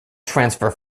transfer